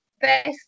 best